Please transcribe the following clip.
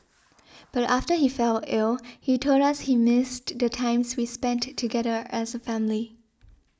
but after he fell ill he told us he missed the times we spent together as a family